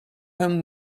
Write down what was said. him